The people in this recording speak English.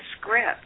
script